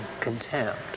contempt